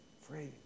free